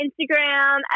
Instagram